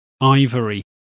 ivory